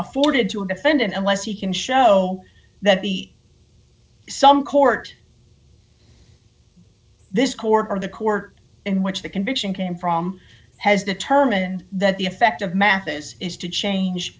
afforded to a defendant unless he can show that the sum court this court or the court in which the conviction came from has determined that the effect of mathis is to change